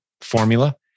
formula